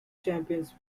champions